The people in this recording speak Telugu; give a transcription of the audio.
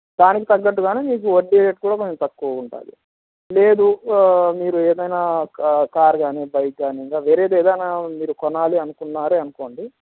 దానికి తగ్గట్టుగానే మీకు వడ్డీ రేట్ కూడా కొంచెం తక్కువగా ఉంటుంది లేదు మీరు ఏదైనా కార్ కాని బైక్ కాని ఇంకా వేరేది ఏదైనా మీరు కొనాలని అనుకున్నారే అనుకోండి